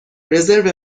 رزرو